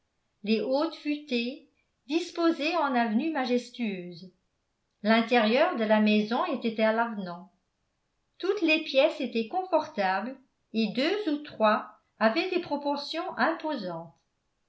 les hautes futaies disposées en avenues majestueuses l'intérieur de la maison était à l'avenant toutes les pièces étaient confortables et deux ou trois avaient des proportions imposantes